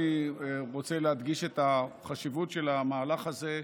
אני רוצה להדגיש את החשיבות של המהלך הזה.